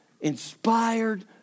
inspired